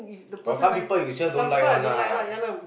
got some people you sure don't like one lah